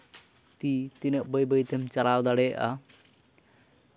ᱛᱤ ᱛᱤᱱᱟᱹᱜ ᱵᱟᱹᱭ ᱵᱟᱹᱭ ᱛᱮᱢ ᱪᱟᱞᱟᱣ ᱫᱟᱲᱮᱭᱟᱜᱼᱟ